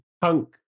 punk